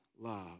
love